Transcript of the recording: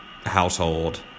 household